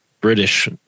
British